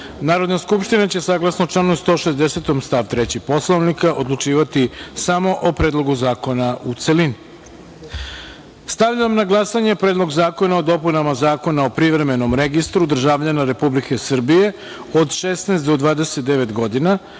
Narodna skupština će, saglasno članu 160. stav 3. Poslovnika, odlučivati samo o Predlogu zakona u celini. Stavljam na glasanje Predlog zakona o dopunama Zakona o Privremenom registru državljana Republike Srbije od 16 do 29 godina